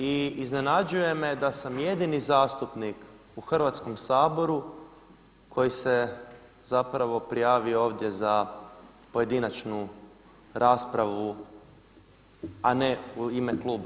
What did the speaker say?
I iznenađuje me da sam jedini zastupnik u Hrvatskom saboru koji se zapravo prijavio ovdje za pojedinačnu raspravu, a ne u ime kluba.